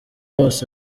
bose